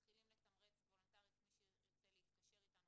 מתחילים לתמרץ וולונטרית מי שירצה להתקשר אתנו